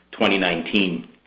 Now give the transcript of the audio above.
2019